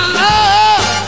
love